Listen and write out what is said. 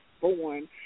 born